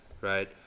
right